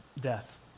death